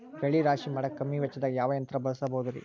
ಬೆಳೆ ರಾಶಿ ಮಾಡಾಕ ಕಮ್ಮಿ ವೆಚ್ಚದಾಗ ಯಾವ ಯಂತ್ರ ಬಳಸಬಹುದುರೇ?